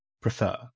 prefer